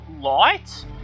light